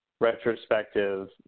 retrospective